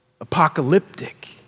apocalyptic